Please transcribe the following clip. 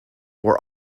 were